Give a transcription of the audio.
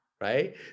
right